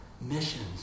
Missions